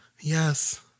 Yes